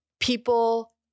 People